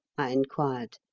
i inquired.